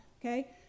okay